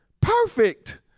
Perfect